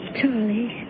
Charlie